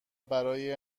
برای